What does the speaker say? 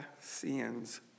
sins